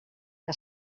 que